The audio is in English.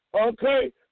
Okay